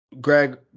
Greg